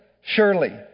surely